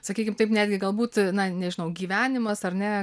sakykim taip netgi galbūt na nežinau gyvenimas ar ne